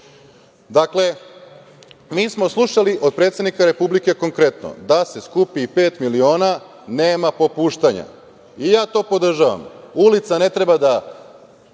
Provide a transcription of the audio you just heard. proći. Dakle, mi smo slušali od predsednika Republike konkretno da se skupi i pet miliona – nema popuštanja. I ja to podržavam. Ulica ne treba da